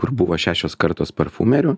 kur buvo šešios kartos parfumerių